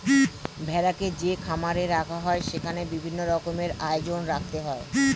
ভেড়াকে যে খামারে রাখা হয় সেখানে বিভিন্ন রকমের আয়োজন রাখতে হয়